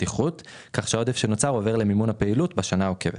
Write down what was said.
כך שהעודף שנוצר עובר למימון הפעילות בשנה העוקבת,